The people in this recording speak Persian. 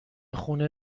خونه